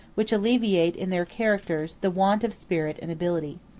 which alleviate, in their characters, the want of spirit and ability.